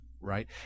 right